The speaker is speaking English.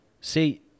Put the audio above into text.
See